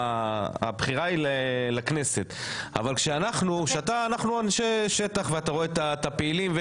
הבחירה היא לכנסת אבל אנחנו אנשי שטח ואתה רואה את הפעילים,